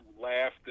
Laughed